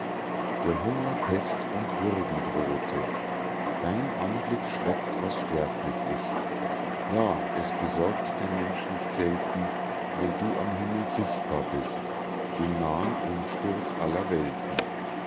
der hunger pest und würgen drohte dein anblick schreckt was sterblich ist ja es besorgt der mensch nicht selten wenn du am himmel sichtbar bist den nahen umsturz aller welten